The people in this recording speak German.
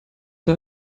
der